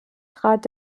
trat